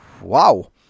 wow